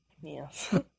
Yes